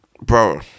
bro